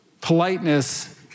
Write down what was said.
politeness